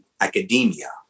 academia